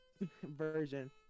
version